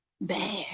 bad